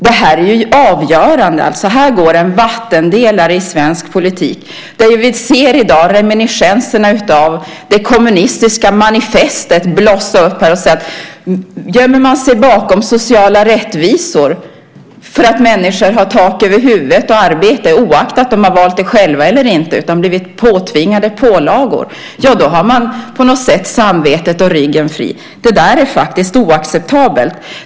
Det här är avgörande. Här går en vattendelare i svensk politik. Vi ser i dag reminiscenserna av det kommunistiska manifestet blossa upp. Man gömmer sig bakom sociala rättvisor, att människor har tak över huvudet och arbete, oaktat de har valt det själva eller inte utan har blivit påtvingade pålagor, och då har man samvetet och ryggen fri. Det är oacceptabelt. Fru talman!